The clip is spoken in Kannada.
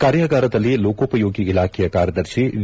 ಕಾರ್ಯಾಗಾರದಲ್ಲಿ ಲೋಕೋಪಯೋಗಿ ಇಲಾಖೆಯ ಕಾರ್ಯದರ್ತಿ ವಿ